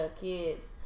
kids